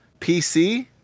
pc